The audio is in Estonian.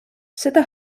seda